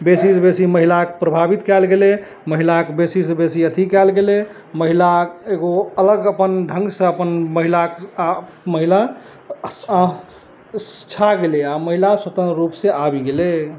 बेसी से बेसी महिलाक प्रभावित कयल गेलै महिलाक बेसी से बेसी अथी कयल गेलै महिला एगो अलग अपन ढंग सऽ अपन महिला महिला गेलै आ महिला स्वतन्त्र रूप से आइब गेलै